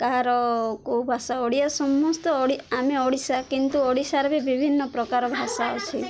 କାହାର କେଉଁ ଭାଷା ଓଡ଼ିଆ ସମସ୍ତେ ଆମେ ଓଡ଼ିଶା କିନ୍ତୁ ଓଡ଼ିଶାରେ ବି ବିଭିନ୍ନ ପ୍ରକାର ଭାଷା ଅଛି